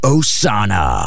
Osana